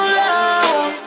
love